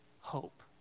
hope